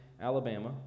Alabama